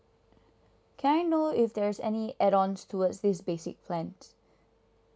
can I know if there's any add ons towards this basic plans